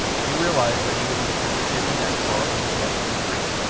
he realized that he was in the creature's hidden nest far under the bank of the stream,